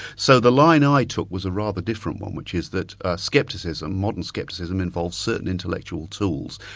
so the line i took was a rather different one, which is that skepticism, modern skepticism, involves certain intellectual tools.